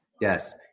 Yes